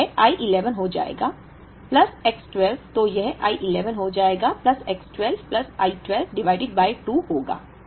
तो यह I 11 हो जाएगा प्लस X 12 तो यह I 11 हो जाएगा plus X 12 plus I 12 divided by 2 होगा